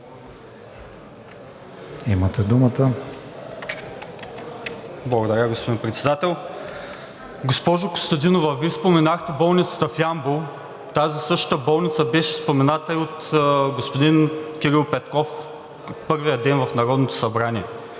(ВЪЗРАЖДАНЕ): Благодаря, господин Председател. Госпожо Костадинова, Вие споменахте болницата в Ямбол. Тази същата болница беше спомената и от господин Кирил Петков в първия ден в Народното събрание.